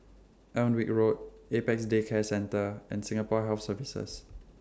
Alnwick Road Apex Day Care Centre and Singapore Health Services